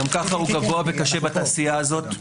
גם ככה הוא גבוה וקשה בתעשייה הזאת.